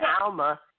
Alma